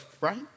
right